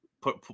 Put